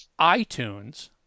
iTunes